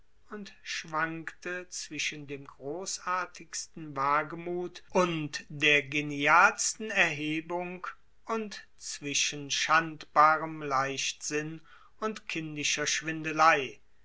und schwankte zwischen dem grossartigsten wagemut und der genialsten erhebung und zwischen schandbarem leichtsinn und kindischer schwindelei